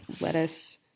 lettuce